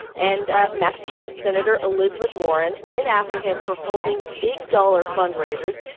and ah massachusetts senator elizabeth warren went after him for holding big-dollar fundraisers,